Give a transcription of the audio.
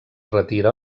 retira